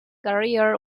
career